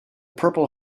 purple